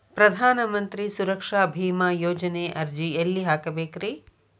ಪ್ರಧಾನ ಮಂತ್ರಿ ಸುರಕ್ಷಾ ಭೇಮಾ ಯೋಜನೆ ಅರ್ಜಿ ಎಲ್ಲಿ ಹಾಕಬೇಕ್ರಿ?